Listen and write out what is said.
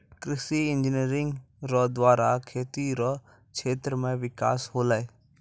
कृषि इंजीनियरिंग रो द्वारा खेती रो क्षेत्र मे बिकास होलै